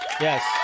Yes